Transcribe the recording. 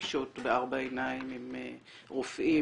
לפגישות בארבע עיניים עם רופאים,